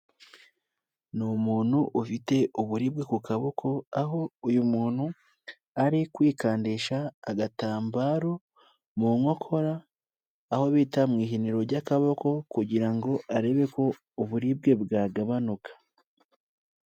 Ni umuntu ufite uburibwe ku kaboko, aho uyu muntu ari kwikandisha agatambaro mu nkokora, aho bita mu ihiniro ry'akaboko, kugira ngo arebe ko uburibwe bwagabanuka.